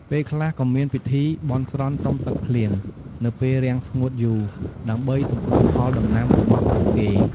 ពេលខ្លះក៏មានពិធីបន់ស្រន់សុំទឹកភ្លៀង នៅពេលរាំងស្ងួតយូរ ដើម្បីសង្គ្រោះផលដំណាំរបស់ពួកគេ។